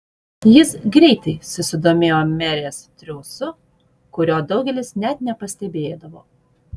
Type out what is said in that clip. jis greitai susidomėjo merės triūsu kurio daugelis net nepastebėdavo